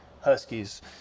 Huskies